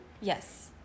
Yes